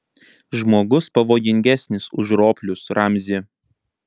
žmogus pavojingesnis už roplius ramzi